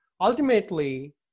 ultimately